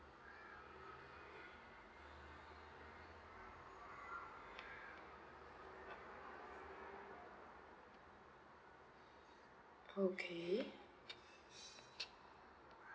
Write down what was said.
okay